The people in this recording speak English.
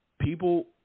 People